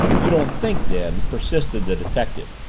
you don't think then, persisted the detective,